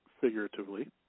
figuratively